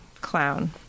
clown